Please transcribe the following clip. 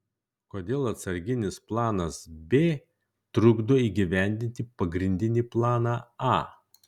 kodėl atsarginis planas b trukdo įgyvendinti pagrindinį planą a